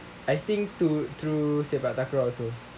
I think to through sepak takraw also